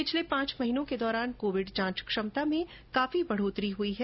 पिछले पांच महीनों के दौरान कोविड जांच क्षमता में काफी बढ़ोतरी हुई है